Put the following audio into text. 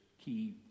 key